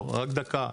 רק דקה.